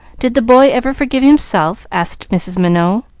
did the boy ever forgive himself? asked mrs. minot.